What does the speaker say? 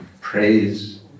praise